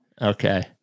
Okay